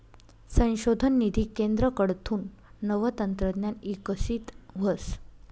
संशोधन निधी केंद्रकडथून नवं तंत्रज्ञान इकशीत व्हस